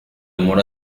amor